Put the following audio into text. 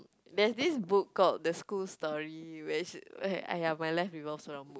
there is this book called the school story where she !aiya! my life revolves around books